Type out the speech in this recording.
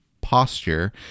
posture